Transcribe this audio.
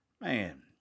man